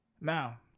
now